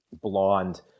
blonde